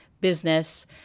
business